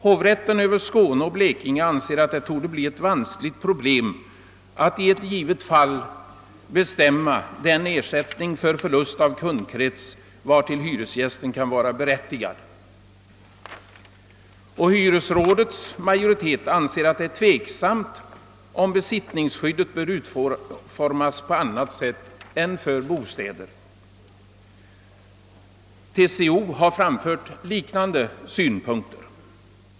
Hovrätten över Skåne och Blekinge anser att det torde bli ett vanskligt problem att i ett givet fall bestämma den ersättning för förlust av kundkrets, vartill hyresgästen kan vara berättigad. Hyresrådets majoritet anser att det är tveksamt om besittningsskyddet bör utformas på annat sätt än för bostäder. TCO har framfört liknande synpunkter.